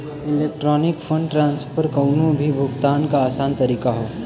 electronic fund transfer कउनो भी भुगतान क आसान तरीका हौ